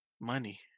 money